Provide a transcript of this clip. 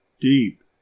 deep